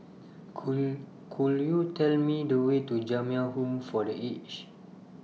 Could Could YOU Tell Me The Way to Jamiyah Home For The Aged